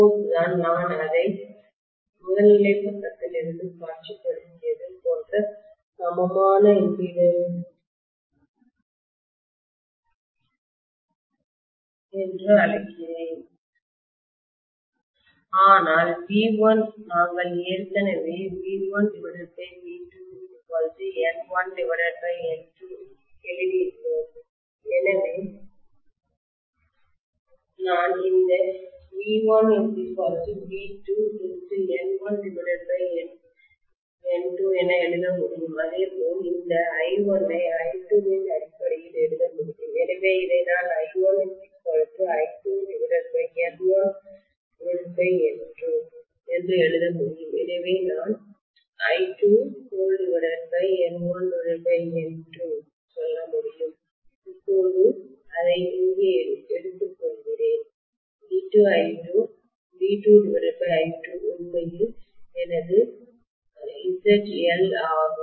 அப்போதுதான் நான் அதை முதல்நிலைப் பக்கத்தில் இருந்து காட்சிப்படுத்தியது போன்ற சமமான இம்பிடிடன்ஸ் என்று அழைக்கிறேன் ஆனால் V1 நாங்கள் ஏற்கனவே V1V2 N1N2 எழுதியுள்ளோம் எனவே நான் இந்த V1V2 N1N2 என எழுத முடியும் அதேபோல் இந்த I1 ஐ I2 இன் அடிப்படையில் எழுத முடியும் எனவே இதை நான் I1I2N1N2 என்று எழுத முடியும் எனவே நான் I2N1N2 சொல்ல முடியும் இப்போது அதை இங்கே எடுத்துக்கொள்கிறேன் V2I2 உண்மையில் எனது ZL ஆகும்